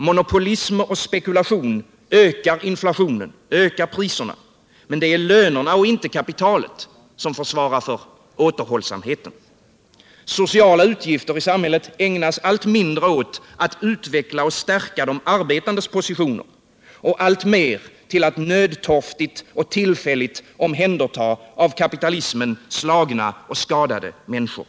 Monopolism och spekulation ökar inflationen, ökar priserna, men det är lönerna och inte kapitalet som får svara för återhållsamheten. Sociala utgifter i samhället ägnas allt mindre åt att utveckla och stärka de arbetandes positioner och alltmer till att nödtorftigt och tillfälligt omhänderta av kapitalismen slagna och skadade människor.